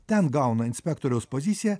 ten gauna inspektoriaus poziciją